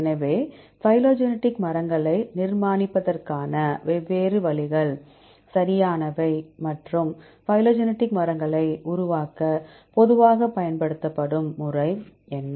எனவே பைலோஜெனடிக் மரங்களை நிர்மாணிப்பதற்கான வெவ்வேறு வழிகள் சரியானவை மற்றும் பைலோஜெனடிக் மரங்களை உருவாக்க பொதுவாக பயன்படுத்தப்படும் முறை என்ன